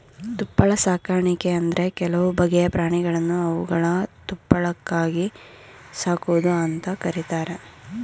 ತುಪ್ಪಳ ಸಾಕಣೆ ಅಂದ್ರೆ ಕೆಲವು ಬಗೆಯ ಪ್ರಾಣಿಗಳನ್ನು ಅವುಗಳ ತುಪ್ಪಳಕ್ಕಾಗಿ ಸಾಕುವುದು ಅಂತ ಕರೀತಾರೆ